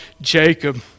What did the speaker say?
Jacob